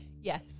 Yes